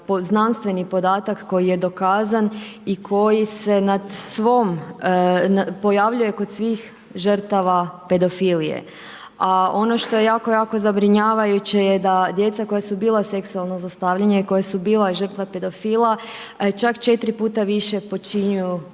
znanstveni podatak koji je dokazan i koji se pojavljuje kod svih žrtava pedofilije. A ono što je jako, jako zabrinjavajuće je da djeca koja su bila seksualno zlostavljana i koja su bila žrtva pedofila čak 4 puta više počinjuju